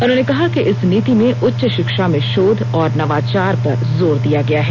उन्होंने कहा कि इस नीति में उच्च शिक्षा में शोध और नवाचार पर जोर दिया गया है